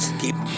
keep